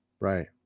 Right